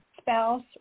spouse